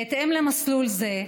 בהתאם למסלול זה,